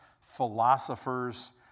philosophers